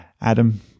Adam